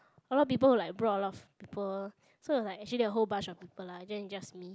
a lot of people will like brought a lot of people so is like actually there is whole bunch of people lah not in just me